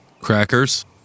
Crackers